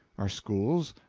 our schools,